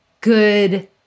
good